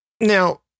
Now